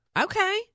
Okay